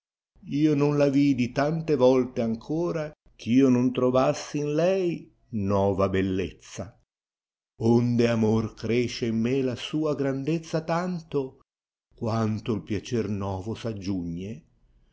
io non la vidi tante volte ancora ch io non trovassi io lei nova bellezza onde amor cresee in me la sua grandezza tanto quanto m piacer novo s aggiugne